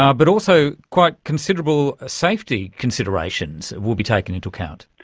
ah but also quite considerable safety considerations will be taken into account.